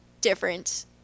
different